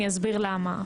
אני אסביר למה.